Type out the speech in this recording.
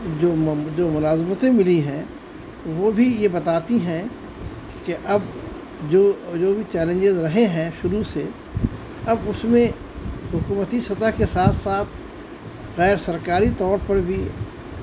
جو جو ملازمتیں ملی ہیں وہ بھی یہ بتاتی ہیں کہ اب جو جو بھی چیلنجز رہے ہیں شروع سے اب اس میں حکومتی سطح کے ساتھ ساتھ غیر سرکاری طور پر بھی